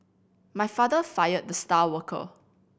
my father fired the star worker